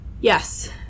Yes